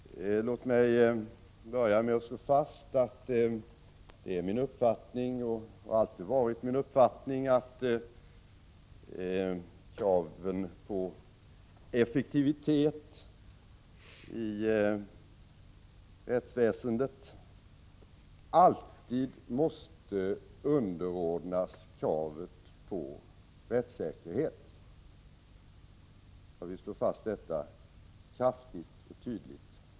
Herr talman! Låt mig börja med att slå fast att det är min uppfattning att kraven på effektivitet i rättsväsendet alltid måste underordnas kravet på rättssäkerhet — jag vill slå fast detta kraftigt och tydligt.